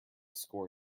score